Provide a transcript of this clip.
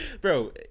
Bro